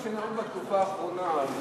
לפי מה שנהוג בתקופה האחרונה, אז